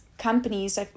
companies